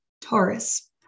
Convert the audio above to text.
Taurus